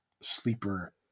sleeper